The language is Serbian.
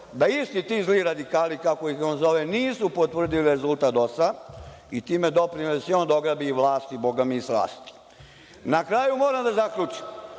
da isti ti zli radikali, kako ih on zove, nisu potvrdili rezultat DOS-a i time doprineli da se i on dograbi vlasti, a bogami i slave. Na kraju, moram da zaključim.